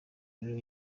rero